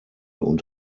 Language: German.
und